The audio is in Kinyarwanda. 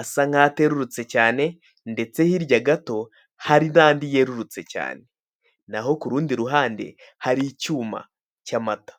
asa nk'aterurutse cyane ndetse hirya gato hari n'andi yerurutse cyane naho ku rundi ruhande hari icyuma cy'amata.